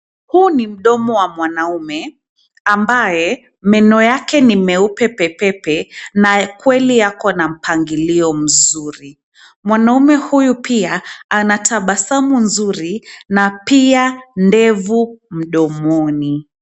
Huu ni mdomo wa mwanaume ambaye meno yake ni meupe pepepe na kweli yako na mpangilio mzuri. Mwanaume huyu pia, anatabasamu nzuri na pia ndevu mdomoni.